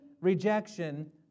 rejection